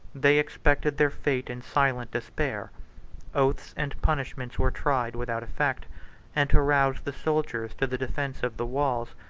they expected their fate in silent despair oaths and punishments were tried without effect and to rouse the soldiers to the defence of the walls,